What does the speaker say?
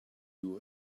you